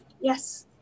Yes